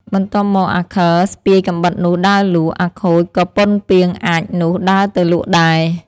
បន្ទាប់មកអាខិលស្ពាយកាំបិតនោះដើរលក់ អាខូចក៏ពុនពាងអាចម៏ នោះដើរទៅលក់ដែរ។